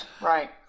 Right